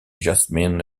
jasmin